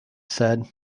said